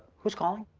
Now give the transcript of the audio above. who's calling?